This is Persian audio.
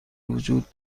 وجود